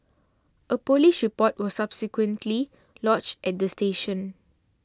a police report was subsequently lodged at the station